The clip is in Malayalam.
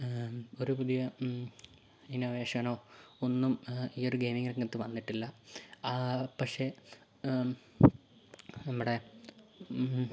ഒരു പുതിയ ഇന്നോവേഷനോ ഒന്നും ഈ ഒരു ഗെയിമിങ്ങ് രംഗത്ത് വന്നട്ടില്ല ആ പക്ഷെ നമ്മുടെ